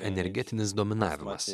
energetinis dominavimas